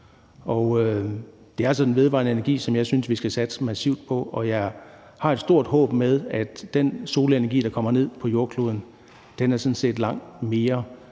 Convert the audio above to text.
Det er altså den vedvarende energi, som jeg synes vi skal satse massivt på. Og jeg har et stort håb med hensyn til, at den solenergi, der kommer ned på jordkloden, sådan set rækker til langt mere